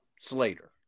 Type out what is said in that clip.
Slater